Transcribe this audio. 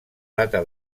data